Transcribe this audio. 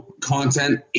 content